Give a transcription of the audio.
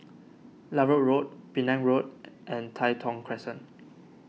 Larut Road Penang Road and Tai Thong Crescent